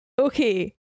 okay